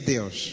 Deus